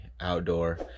Outdoor